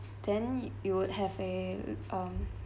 then you would have a um